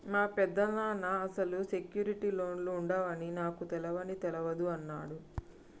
మా పెదనాన్న అసలు సెక్యూర్డ్ లోన్లు ఉండవని నాకు తెలవని తెలవదు అన్నడు